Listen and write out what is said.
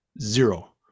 Zero